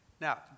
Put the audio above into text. Now